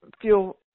feel